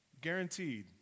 guaranteed